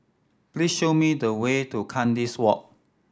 please show me the way to Kandis Walk